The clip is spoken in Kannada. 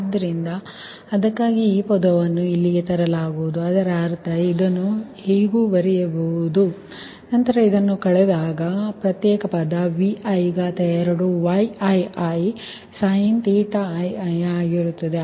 ಆದ್ದರಿಂದ ಅದಕ್ಕಾಗಿಯೇ ಈ ಪದವನ್ನು ಇಲ್ಲಿಗೆ ತರಲಾಗುವುದು ಅದರ ಅರ್ಥ ಇದನ್ನು ಎಂದೂ ಬರೆಯಬಹುದು ನಂತರ ಕಳೆದರೆ ಇದು ಪ್ರತ್ಯೇಕ ಪದ |Vi|2 |Yii|ii ಆಗಿರುತ್ತದೆ